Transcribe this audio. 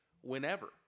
whenever